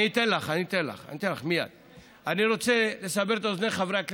אני רוצה רגע לשאול אותך